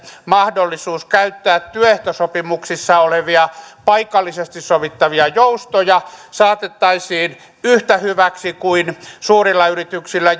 mahdollisuus käyttää työehtosopimuksissa olevia paikallisesti sovittavia joustoja saatettaisiin yhtä hyväksi kuin suurilla yrityksillä